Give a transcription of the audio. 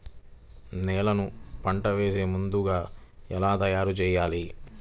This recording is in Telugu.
నేలను పంట వేసే ముందుగా ఎలా తయారుచేయాలి?